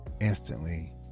Instantly